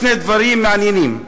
שני דברים מעניינים.